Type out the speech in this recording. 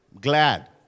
Glad